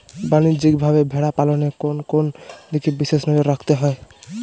বাণিজ্যিকভাবে ভেড়া পালনে কোন কোন দিকে বিশেষ নজর রাখতে হয়?